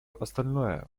остальное